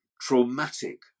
traumatic